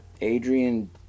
Adrian